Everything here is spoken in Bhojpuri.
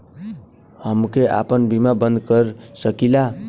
हमके आपन बीमा बन्द कर सकीला?